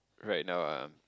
right now ah